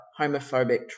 homophobic